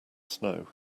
snow